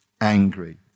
angry